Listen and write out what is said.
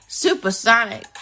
Supersonic